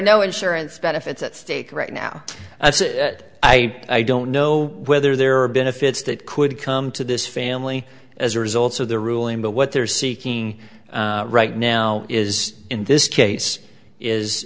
no insurance benefits at stake right now i don't know whether there are benefits that could come to this family as a result of the ruling but what they're seeking right now is in this case is